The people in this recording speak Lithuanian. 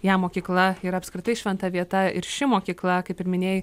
jam mokykla yra apskritai šventa vieta ir ši mokykla kaip ir minėjai